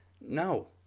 no